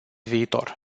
viitor